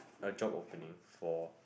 a job opening for